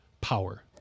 power